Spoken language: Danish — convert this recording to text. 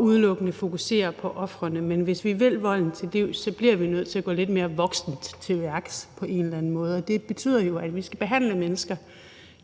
udelukkende at fokusere på ofrene. Men hvis vi vil volden til livs, bliver vi nødt til at gå lidt mere voksent til værks på en eller anden måde, og det betyder jo, at vi skal behandle mennesker,